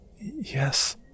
Yes